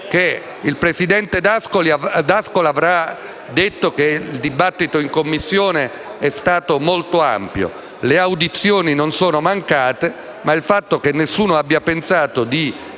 il presidente D'Ascola abbia detto che il dibattito in Commissione è stato molto ampio e che le audizioni non sono mancate, ma non è normale che nessuno abbia pensato di